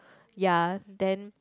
ya then